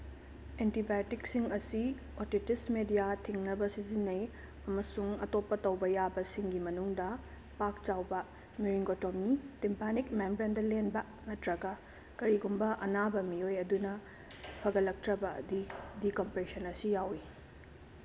ꯑꯦꯟꯇꯤꯕꯥꯌꯣꯇꯤꯛꯁꯤꯡ ꯑꯁꯤ otitis media ꯊꯤꯡꯅꯕ ꯁꯤꯖꯤꯟꯅꯩ ꯑꯃꯁꯨꯡ ꯑꯇꯣꯞꯄ ꯇꯧꯕ ꯌꯥꯕꯁꯤꯡꯒꯤ ꯃꯅꯨꯡꯗ ꯄꯥꯛ ꯆꯥꯎꯕ ꯃꯤꯔꯤꯡꯒꯣꯇꯣꯃꯤ ꯇꯤꯝꯄꯥꯅꯤꯛ ꯃꯦꯝꯕ꯭ꯔꯦꯟꯗ ꯂꯦꯟꯕ ꯅꯠꯇ꯭ꯔꯒ ꯀꯔꯤꯒꯨꯝꯕ ꯑꯅꯥꯕ ꯃꯤꯑꯣꯏ ꯑꯗꯨꯅ ꯐꯒꯠꯂꯛꯇ꯭ꯔꯕꯗꯤ ꯗꯤꯀꯝꯄ꯭ꯔꯦꯁꯟ ꯑꯁꯤ ꯌꯥꯎꯋꯤ